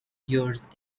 years